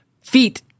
Feet